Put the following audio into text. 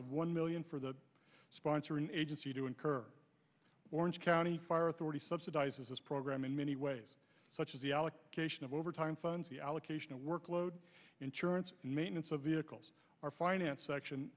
of one million for the sponsoring agency to incur orange county fire authority subsidizes this program in many ways such as the allocation of overtime funds the allocation of workload insurance and maintenance of vehicles are financed section